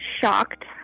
shocked